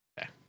Okay